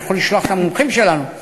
אני יכול לשלוח את המומחים שלנו,